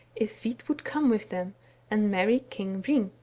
if hvit would come with them and marry king hring.